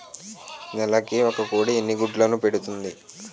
నెలకి ఒక కోడి ఎన్ని గుడ్లను పెడుతుంది?